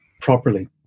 properly